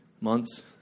months